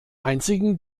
einzigen